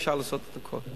אפשר לעשות את הכול.